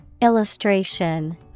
Illustration